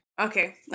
Okay